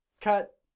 Cut